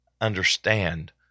understand